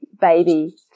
baby